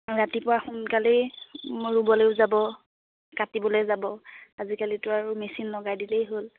ৰাতিপুৱা সোনকালেই ৰুবলৈও যাব কাটিবলৈ যাব আজিকালিতো আৰু মেচিন লগাই দিলেই হ'ল